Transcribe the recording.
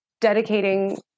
dedicating